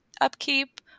upkeep